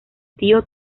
tío